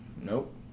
Nope